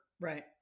right